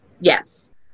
yes